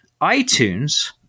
iTunes